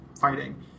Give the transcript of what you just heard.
fighting